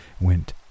went